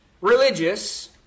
religious